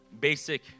basic